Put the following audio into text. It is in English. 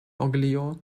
oglio